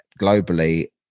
globally